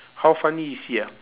how funny is he ah